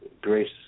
grace